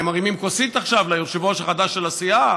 הם מרימים כוסית ליושב-ראש החדש של הסיעה,